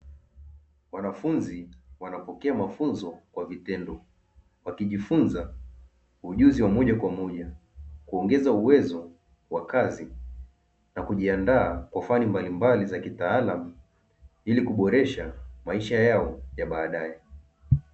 Wanafunzi wanapokea mafunzo kwa vitendo wakijifunza ujuzi wa moja kwa moja, kuongeza uwezo wa kazi na kujiandaa kwa fani mbalimbali za kitaalamu ili kuboresha maisha yao ya baadae.